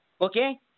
Okay